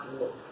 look